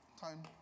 time